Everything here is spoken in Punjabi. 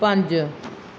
ਪੰਜ